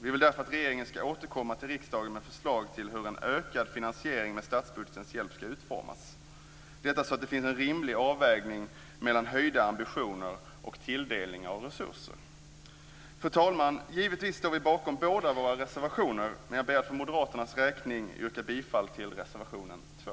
Vi vill därför att regeringen ska återkomma till riksdagen med förslag till hur en ökad finansiering med statsbudgetens hjälp ska utformas. Detta för att det ska finnas en rimlig avvägning mellan höjda ambitioner och tilldelningen av resurser. Fru talman! Givetvis står vi bakom båda våra reservationer, men jag ber att för Moderaternas räkning få yrka bifall till reservation 2.